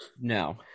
no